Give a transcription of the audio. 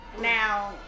Now